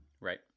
Right